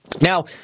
Now